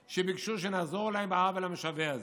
שביקשו שנעזור להם עם העוול המשווע הזה.